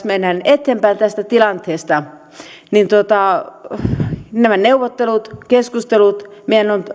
mennään eteenpäin tästä tilanteesta on nämä neuvottelut keskustelut meidän on